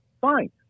fine